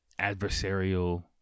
adversarial